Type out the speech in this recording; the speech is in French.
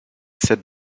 sept